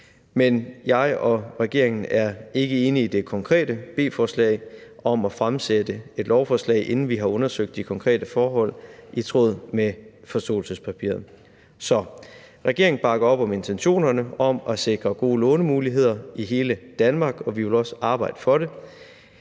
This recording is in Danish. men jeg og regeringen er ikke enig i det konkrete B-forslag om at fremsætte et lovforslag, inden vi har undersøgt de konkrete forhold i tråd med forståelsespapiret. Så regeringen bakker op om intentionerne om at sikre gode lånemuligheder i hele Danmark, og vi vil også arbejde for det,